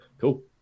Cool